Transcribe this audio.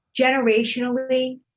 generationally